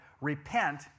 Repent